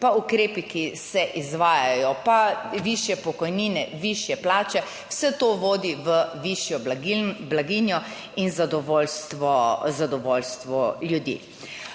pa ukrepi, ki se izvajajo, pa višje pokojnine, višje plače, vse to vodi v višjo in blaginjo in zadovoljstvo ljudi.